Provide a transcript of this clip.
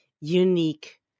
unique